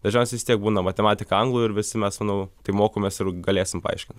dažniausiai vis tiek būna matematika anglų ir visi mes manau tai mokomės ir galėsim paaiškint